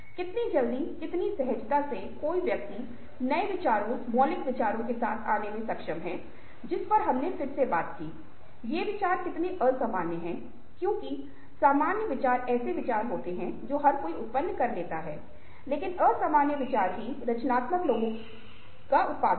कितनी जल्दी कितनी सहजता से कोई व्यक्ति नए विचारों मौलिक विचारों के साथ आने में सक्षम है जिस पर हमने फिर से बात की ये विचार कितने असामान्य हैं क्योंकि सामान्य विचार ऐसे विचार होते हैं जो हर कोई उत्पन्न कर सकता है लेकिन असामान्य विचार ही रचनात्मक लोगों ही उत्पान कर सकते है